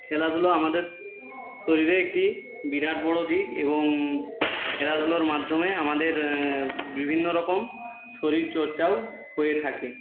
খেলাধুলো আমাদেশ শরীরে একটি বিরাট বড়ো দিক এবং খেলাধুলোর মাধ্যমে আমাদের বিভিন্ন রকম শরীরচর্চাও হয়ে থাকে